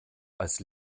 als